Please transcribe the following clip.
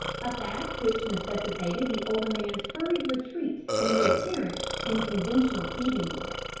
a fact which necessitated the older man's hurried retreat and reappearance in conventional evening wear.